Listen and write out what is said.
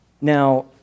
Now